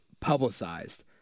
publicized